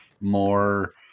more